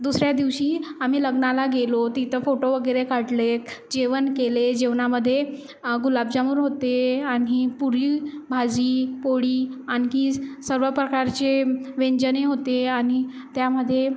दुसऱ्या दिवशी आम्ही लग्नाला गेलो तिथं फोटो वगैरे काढले जेवण केले जेवणामध्ये गुलाबजामून होते आणि पुरी भाजी पोळी आणखी स सर्व प्रकारचे व्यंजने होते आणि त्यामध्ये